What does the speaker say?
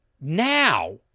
Now